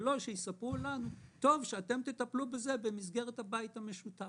ולא שיספרו לנו שצריך לטפל בזה במסגרת הבית המשותף.